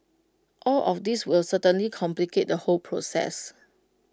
all of these will certainly complicate the whole process